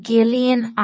Gillian